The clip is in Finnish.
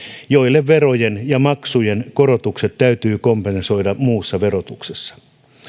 joille verojen ja maksujen korotukset täytyy kompensoida muussa verotuksessa